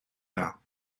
air